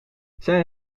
zijn